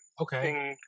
Okay